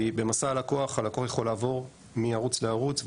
כי במסע הזה הלקוח יכול לעבור מערוץ לערוץ,